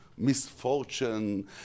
Misfortune